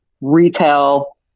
retail